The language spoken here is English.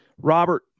Robert